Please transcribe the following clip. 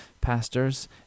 pastors